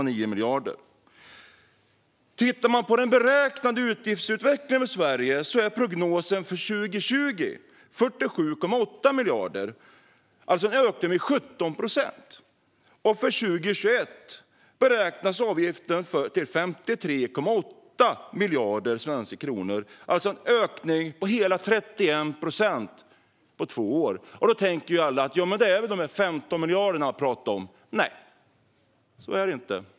När det gäller den beräknade avgiftsutvecklingen för Sverige är prognosen 47,8 miljarder för 2020, alltså en ökning med 17 procent. För 2021 beräknas avgiften till 53,8 miljarder svenska kronor - en ökning med hela 31 procent på två år. Då tänker alla att det väl är de 15 miljarderna jag talar om, men så är det inte.